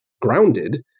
grounded